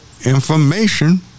Information